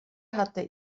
hatte